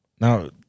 Now